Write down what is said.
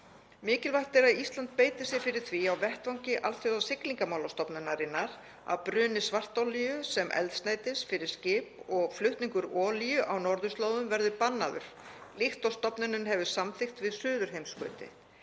Mikilvægt er að Ísland beiti sér fyrir því á vettvangi Alþjóðasiglingamálastofnunarinnar að bruni svartolíu sem eldsneytis fyrir skip og flutningur olíu á norðurslóðum verði bannaður líkt og stofnunin hefur samþykkt við suðurheimskautið,